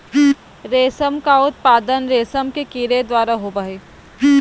रेशम का उत्पादन रेशम के कीड़े द्वारा होबो हइ